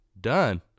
Done